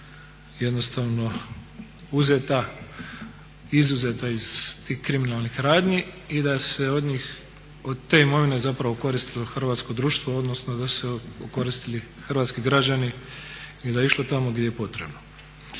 jednostavno uzeta, izuzeta iz tih kriminalnih radnji i da se od njih, od te imovine zapravo okoristilo hrvatsko društvo odnosno da su se okoristili hrvatski građani i da je išlo tamo gdje je potrebno.